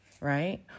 right